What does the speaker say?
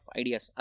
ideas